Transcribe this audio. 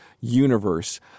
universe